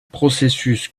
processus